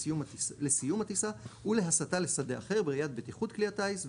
לסיום הטיסה ולהסטה לשדה אחר בראיית בטיחות כלי הטיס,